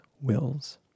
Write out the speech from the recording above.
wills